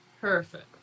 Perfect